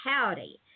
howdy